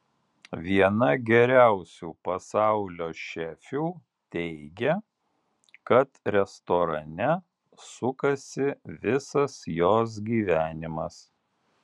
viena geriausių pasaulio šefių teigia kad restorane sukasi visas jos gyvenimas